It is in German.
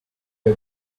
der